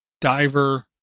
Diver